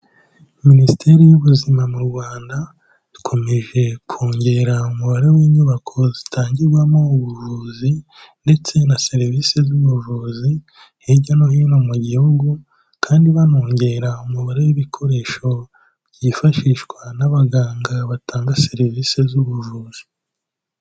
Minisiteri y'ubuzima mu Rwanda, dukomeje kongera umubare w'inyubako zitangirwamo ubuvuzi ndetse na serivise z'ubuvuzi hirya no hino mu gihugu, kandi banongera umubare w'ibikoresho byifashishwa n'abaganga batanga serivise z'ubuvuzi.